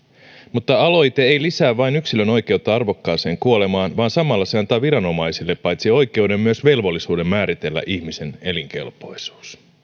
mutta aloite ei lisää vain yksilön oikeutta arvokkaaseen kuolemaan vaan samalla se antaa viranomaisille paitsi oikeuden myös velvollisuuden määritellä ihmisen elinkelpoisuus